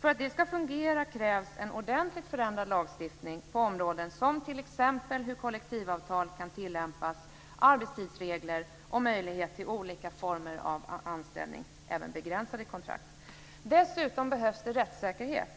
För att detta ska fungera krävs en ordentligt förändrad lagstiftning på områden som t.ex. hur kollektivavtal ska tillämpas och om arbetstidsregler och om möjlighet till olika former av anställning, även med begränsade kontrakt. Dessutom behövs det rättssäkerhet.